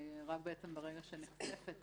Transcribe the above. רק ברגע שנחשפת